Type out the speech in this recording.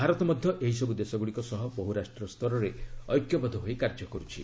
ଭାରତ ମଧ୍ୟ ଏହିସବୁ ଦେଶଗୁଡ଼ିକ ସହ ବହୁରାଷ୍ଟ୍ରୀୟ ସ୍ତରରେ ଐକ୍ୟବଦ୍ଧ ହୋଇ କାର୍ଯ୍ୟ କରୁଛି